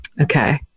Okay